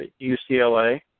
UCLA